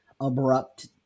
abrupt